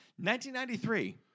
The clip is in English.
1993